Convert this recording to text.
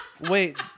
Wait